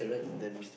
and then